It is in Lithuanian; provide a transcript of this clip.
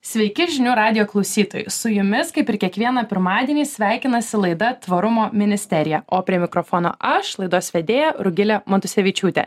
sveiki žinių radijo klausytojai su jumis kaip ir kiekvieną pirmadienį sveikinasi laida tvarumo ministerija o prie mikrofono aš laidos vedėja rugilė matusevičiūtė